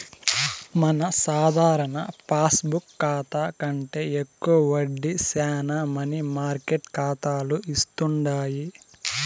మన సాధారణ పాస్బుక్ కాతా కంటే ఎక్కువ వడ్డీ శానా మనీ మార్కెట్ కాతాలు ఇస్తుండాయి